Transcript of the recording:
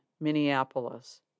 Minneapolis